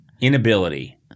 inability